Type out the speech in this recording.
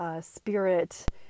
spirit